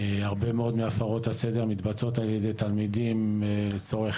הרבה מאוד מהפרות הסדר מתבצעות ע"י תלמידים לצורך